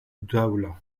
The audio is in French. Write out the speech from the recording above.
dawla